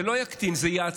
זה לא יקטין, זה יעצים.